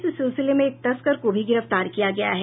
इसी सिलसिले में एक तस्कर को भी गिरफ्तार किया गया है